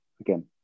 again